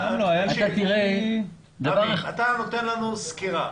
אתה נותן לנו סקירה.